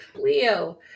Leo